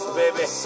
baby